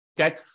okay